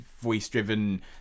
voice-driven